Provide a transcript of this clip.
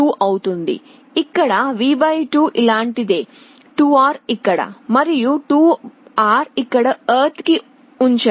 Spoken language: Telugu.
అవుతుంది ఇక్కడ V 2 ఇలాంటిదే 2R ఇక్కడ మరియు 2R ఇక్కడ ఎర్త్ కి ఉంచండి